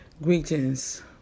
Greetings